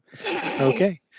Okay